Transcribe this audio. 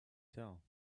tell